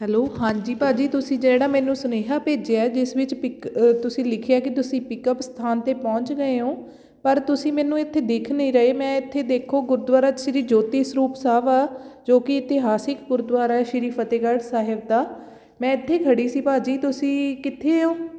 hello ਹਾਂਜੀ ਭਾਅ ਜੀ ਤੁਸੀਂ ਜਿਹੜਾ ਮੈਨੂੰ ਸੁਨੇਹਾ ਭੇਜਿਆ ਜਿਸ ਵਿੱਚ ਪਿੱਕ ਤੁਸੀਂ ਲਿਖਿਆ ਕਿ ਤੁਸੀਂ ਪਿਕਅੱਪ ਸਥਾਨ 'ਤੇ ਪਹੁੰਚ ਗਏ ਹੋ ਪਰ ਤੁਸੀਂ ਮੈਨੂੰ ਇੱਥੇ ਦਿਖ ਨਹੀਂ ਰਹੇ ਮੈਂ ਇੱਥੇ ਦੇਖੋ ਗੁਰਦੁਆਰਾ ਸ਼੍ਰੀ ਜੋਤੀ ਸਰੂਪ ਸਾਹਿਬ ਆ ਜੋ ਕਿ ਇਤਿਹਾਸਿਕ ਗੁਰਦੁਆਰਾ ਹੈ ਸ਼੍ਰੀ ਫਤਿਹਗੜ੍ਹ ਸਾਹਿਬ ਦਾ ਮੈਂ ਇੱਥੇ ਖੜ੍ਹੀ ਸੀ ਭਾਅ ਜੀ ਤੁਸੀਂ ਕਿੱਥੇ ਹੋ